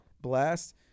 Blast